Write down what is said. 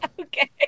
Okay